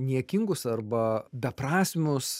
niekingus arba beprasmius